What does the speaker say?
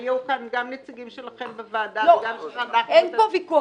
היו כאן גם נציגים שלכם בוועדה --- אין פה ויכוח